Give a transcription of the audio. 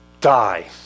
die